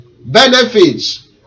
benefits